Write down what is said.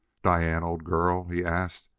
diane, old girl, he asked,